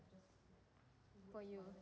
for you